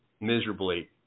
miserably